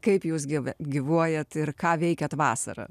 kaip jūs gyv gyvuojat ir ką veikiat vasarą